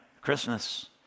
Christmas